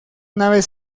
naves